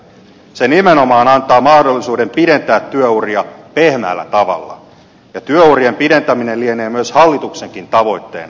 se nimenomaan antaa mahdollisuuden pidentää työuria pehmeällä tavalla ja työurien pidentäminen lienee myös hallituksenkin tavoitteena